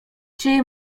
czy